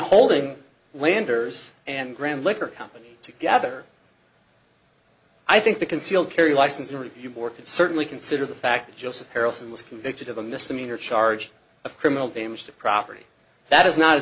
holding landers and grand liquor company together i think the concealed carry license and review board can certainly consider the fact joseph harrelson was convicted of a misdemeanor charge of criminal damage to property that is not a